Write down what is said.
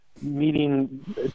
meeting